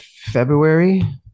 February